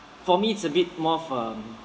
for me it's a bit more of um